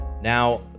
Now